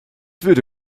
würde